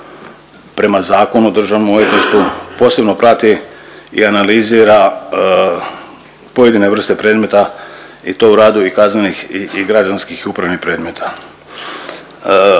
prema Zakonu o državnom odvjetništvu posebno prati i analizira pojedine vrste predmeta i to u radu i kaznenih i, i građanskih i upravnih predmeta.